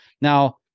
Now